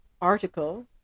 article